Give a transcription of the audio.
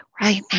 right